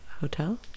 Hotel